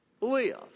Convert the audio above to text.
live